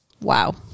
Wow